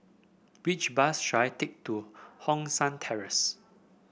which bus should I take to Hong San Terrace